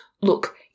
look